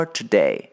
today